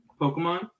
Pokemon